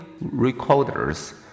recorders